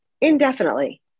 indefinitely